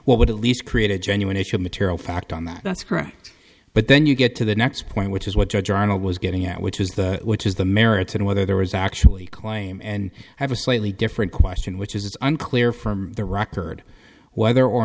what would at least create a genuine issue of material fact on that that's correct but then you get to the next point which is what judge arnold was getting at which is that which is the merits and whether there was actually a claim and i have a slightly different question which is it's unclear from the record whether or